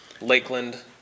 Lakeland